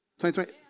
2020